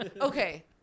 okay